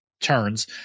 turns